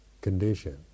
condition